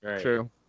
True